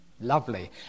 Lovely